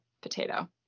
potato